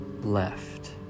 left